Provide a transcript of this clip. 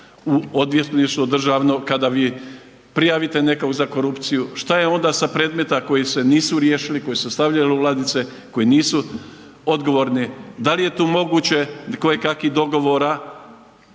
u odvjetništvo državno kada vi prijavite nekoga za korupciju. Šta je onda sa predmeta koji se nisu riješili, koji su se stavili u ladice, koji nisu odgovorni? Da li je tu moguće koje kakvih dogovora